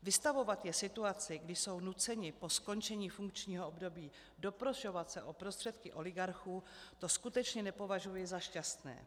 Vystavovat je situaci, kdy jsou nuceni po skončení funkčního období se doprošovat o prostředky oligarchů, to skutečně nepovažuji za šťastné.